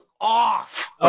off